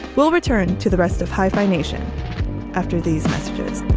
we'll return to the rest of hyphenation after these messages